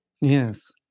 Yes